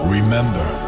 Remember